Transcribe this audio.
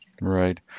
Right